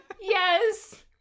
Yes